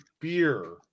beer